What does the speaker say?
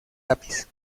lápiz